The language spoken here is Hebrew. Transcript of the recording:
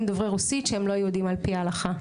דוברי רוסית שהם לא יהודים על-פי ההלכה.